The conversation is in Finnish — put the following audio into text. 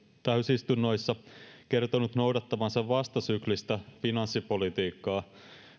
täysistunnoissa kertonut noudattavansa vastasyklistä finanssipolitiikkaa